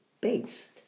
based